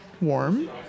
warm